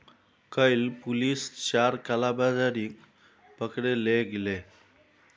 कइल पुलिस चार कालाबाजारिक पकड़े ले गेले